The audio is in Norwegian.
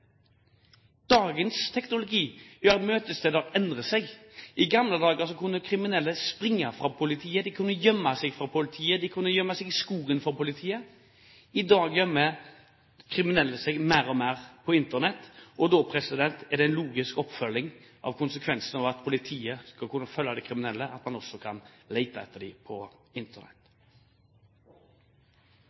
Dagens teknologi gjør at møtesteder endrer seg. I gamle dager kunne kriminelle springe fra politiet, de kunne gjemme seg for politiet, de kunne gjemme seg i skogen for politiet. I dag gjemmer kriminelle seg mer og mer på Internett, og da er en logisk konsekvens, dersom politiet skal kunne følge de kriminelle, at man også kan lete etter dem på internett.